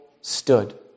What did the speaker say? stood